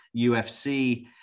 UFC